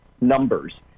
numbers